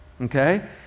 okay